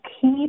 keep